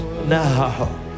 now